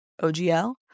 OGL